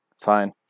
fine